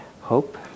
hope